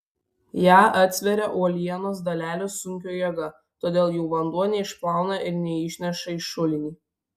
ją atsveria uolienos dalelių sunkio jėga todėl jų vanduo neišplauna ir neišneša į šulinį